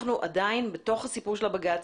אנחנו עדיין בתוך הסיפור של הבג"צ,